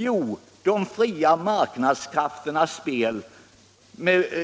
Jo, de fria marknadskrafternas spel